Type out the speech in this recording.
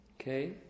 okay